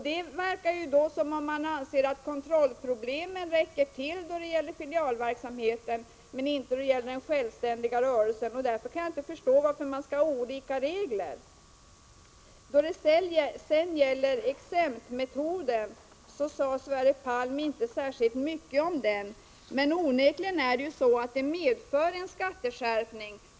Det verkar som om man anser att kontrollproblemen räcker till då det räcker filialverksamhet men inte då det gäller den självständiga rörelsen. Jag kan inte förstå varför man skall ha olika regler. Sverre Palm sade inte särskilt mycket om exemptmetoden. Men onekligen medför denna en skatteskärpning.